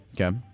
Okay